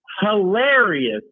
hilarious